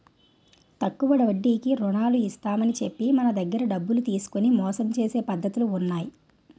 తక్కువ వడ్డీకి రుణాలు ఇస్తామని చెప్పి మన దగ్గర డబ్బులు తీసుకొని మోసం చేసే పద్ధతులు ఉన్నాయి